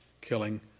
killing